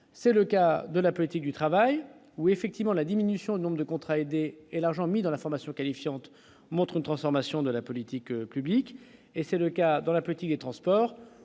c'est le cas de la politique du travail où effectivement la diminution du nombre de contrats aidés, et l'argent mis dans la formation qualifiante montre une transformation de la politique publique et c'est le cas dans la politique des transports,